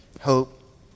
hope